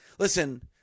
Listen